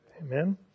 Amen